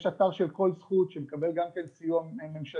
יש אתר של "קול זכות" שמקבל גם כן סיוע ממשלתי,